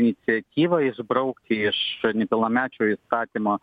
iniciatyvą išbraukti iš nepilnamečio įstatymo